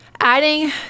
adding